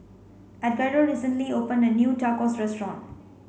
Edgardo recently opened a new Tacos restaurant